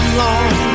long